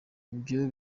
ibyo